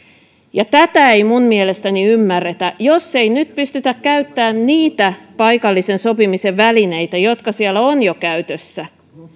tätä ei minun mielestäni ymmärretä jos ei nyt pystytä käyttämään niitä paikallisen sopimisen välineitä jotka siellä ovat jo käytössä